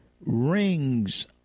rings